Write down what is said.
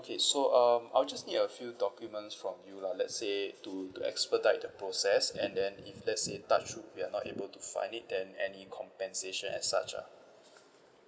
okay so um I'll just need a few documents from you lah let's say to to expedite the process and then if let's say touch wood we are not able to find it then any compensation as such ah